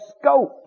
scope